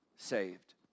saved